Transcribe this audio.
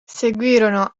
seguirono